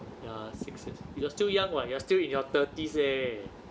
ya six years you are still young [what] you are still in your thirties leh